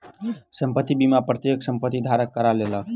संपत्ति बीमा प्रत्येक संपत्ति धारक करा लेलक